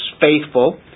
faithful